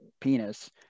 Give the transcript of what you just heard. penis